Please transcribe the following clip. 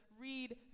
read